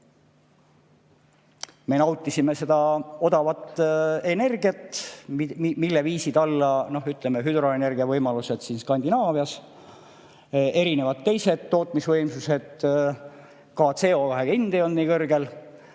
Me nautisime seda odavat energiat, mille viisid alla, ütleme, hüdroenergiavõimalused Skandinaavias ja teised tootmisvõimsused, ka CO2hind ei olnud nii kõrgel.